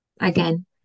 again